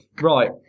Right